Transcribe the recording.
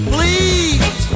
Please